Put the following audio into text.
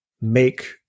make